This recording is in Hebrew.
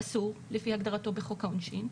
אסור לפי הגדרתו בחוק העונשין.